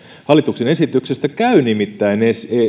hallituksen esityksestä käy nimittäin